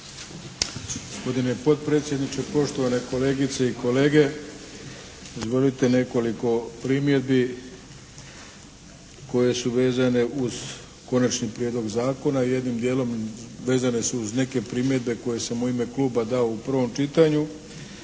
Gospodine potpredsjedniče, poštovane kolegice i kolege! Dozvolite nekoliko primjedbi koje su vezane uz konačni prijedlog zakona i jednim dijelom vezane su uz neke primjedbe koje sam u ime kluba dao u pravom čitanju,